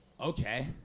Okay